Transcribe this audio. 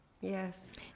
Yes